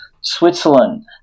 Switzerland